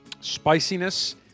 Spiciness